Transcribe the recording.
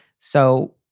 so,